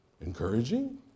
encouraging